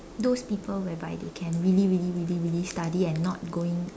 those people whereby they can really really really really study and not going